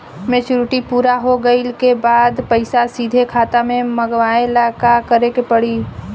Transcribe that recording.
Maturity पूरा हो गइला के बाद पईसा सीधे खाता में मँगवाए ला का करे के पड़ी?